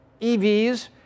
EVs